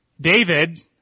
David